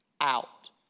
out